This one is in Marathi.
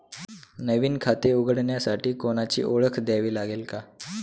नवीन खाते उघडण्यासाठी कोणाची ओळख द्यावी लागेल का?